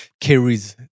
carries